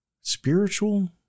spiritual